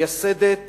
מייסדת